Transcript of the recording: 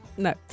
No